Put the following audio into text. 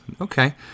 Okay